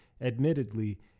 admittedly